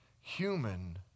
human